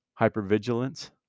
hypervigilance